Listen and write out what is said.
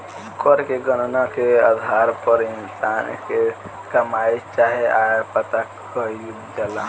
कर के गणना के आधार पर इंसान के कमाई चाहे आय पता कईल जाला